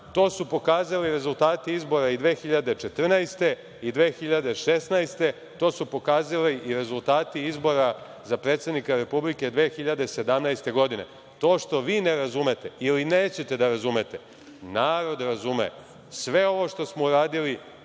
To su pokazali rezultati izbora i 2014. i 2016, a to su pokazali i rezultati izbora za predsednika Republike 2017. godine. To što vi ne razumete ili nećete da razumete, narod razume. Sve ovo što smo uradili